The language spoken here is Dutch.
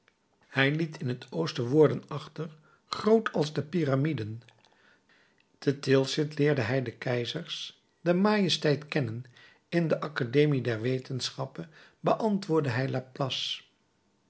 hij liet in het oosten woorden achter groot als de pyramiden te tilsitt leerde hij den keizers de majesteit kennen in de academie der wetenschappen beantwoordde hij laplace